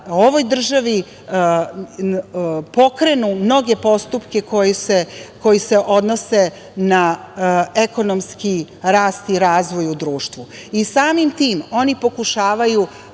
ovoj državi pokrenu mnoge postupke koji se odnose na ekonomski rast i razvoj u društvu i samim tim oni pokušavaju